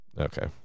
Okay